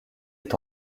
est